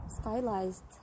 stylized